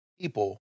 people